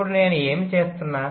ఇప్పుడు నేను ఏమి చేస్తున్నా